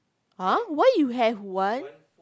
!huh! why you have one